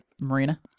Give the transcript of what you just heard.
Marina